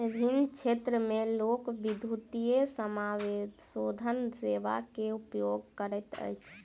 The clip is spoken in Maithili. विभिन्न क्षेत्र में लोक, विद्युतीय समाशोधन सेवा के उपयोग करैत अछि